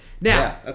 Now